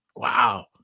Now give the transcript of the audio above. Wow